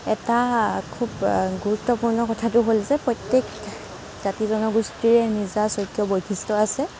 এটা খুব গুৰুত্বপূৰ্ণ কথাটো হ'ল যে প্ৰত্যেক জাতি জনগোষ্ঠীৰে নিজা স্বকীয় বৈশিষ্ট্য আছে